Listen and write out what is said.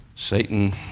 Satan